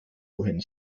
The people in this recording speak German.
wohin